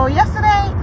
yesterday